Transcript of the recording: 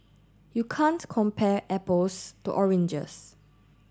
you can't compare apples to oranges